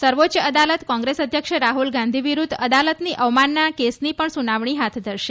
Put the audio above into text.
સર્વોચ્ચ અદાલત કોંગ્રેસ અધ્યક્ષ રાહુલ ગાંધી વિરુધ્ધ અદાલતની અવમાનના કેસની પણ સુનાવણી હાથ ધરશે